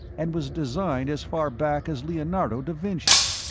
and was designed as far back as leonardo da vinci.